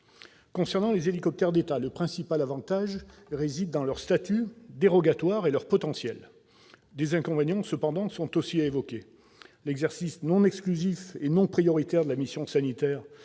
Concernant les hélicoptères d'État, leur principal avantage réside dans leur statut dérogatoire et leur potentiel. Des inconvénients doivent cependant aussi être évoqués. Tout d'abord, l'exercice non exclusif et non prioritaire de la mission sanitaire